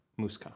Muska